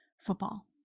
football